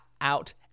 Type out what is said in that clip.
out